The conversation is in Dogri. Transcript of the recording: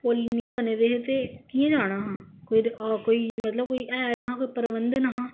पुल नेईं बने दे है ते कियां जाना हां कोई मतलब है नेई हा प्रबंध नी हा